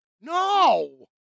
No